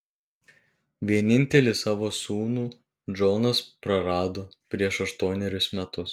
vienintelį savo sūnų džonas prarado prieš aštuonerius metus